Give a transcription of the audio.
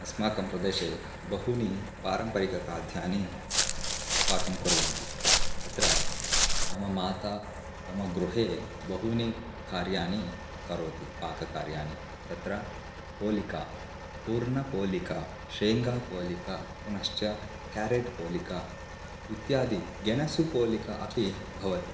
अस्माकं प्रदेशे बहूनि पारम्परिकखाद्यानि पाकं कुर्वन्ति तत्र मम माता मम गृहे बहूनि कार्याणि करोति पाककार्याणि तत्र पोलिक हूर्णपोलिक शेङ्गापोलिक पुनश्च क्यारेट् पोलिक इत्यादि गेनसु पोलिक अपि भवति